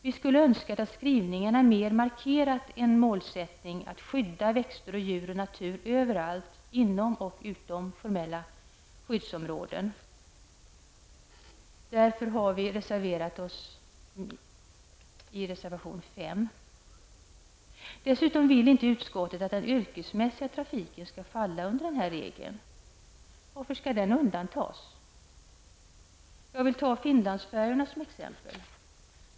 Vi skulle önska att skrivningarna mera hade markerat en målsättning att skydda växter, djur och natur överallt inom och utom formella skyddsområden. Därför har vi reserverat oss i reservation 5. Dessutom vill inte utskottet att den yrkesmässiga trafiken skall falla under denna regel. Men varför skall den undantas? Jag kan ta Finlandsfärjorna som ett exempel.